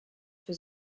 für